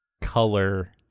color